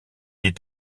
est